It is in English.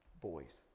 boys